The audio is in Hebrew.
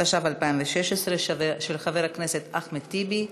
התשע"ו 2016, של חבר הכנסת אחמד טיבי.